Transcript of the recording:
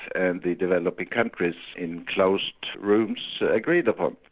and the developing countries in closed rooms agreed upon.